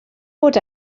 bod